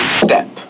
step